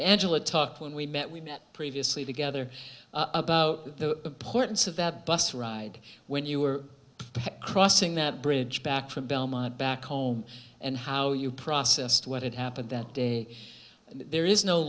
angela talked when we met we met previously together about the ports of that bus ride when you were crossing that bridge back from belmont back home and how you processed what had happened that day there is no